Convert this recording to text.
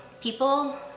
people